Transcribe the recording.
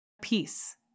peace